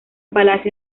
palacio